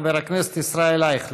חבר הכנסת ישראל אייכלר.